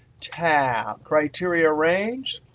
tab, criteria range,